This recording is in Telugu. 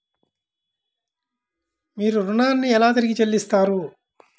మీరు ఋణాన్ని ఎలా తిరిగి చెల్లిస్తారు?